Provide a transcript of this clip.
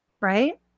right